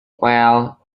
well